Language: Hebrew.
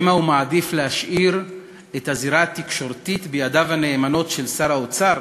שמא הוא מעדיף להשאיר את הזירה התקשורתית בידיו הנאמנות של שר האוצר?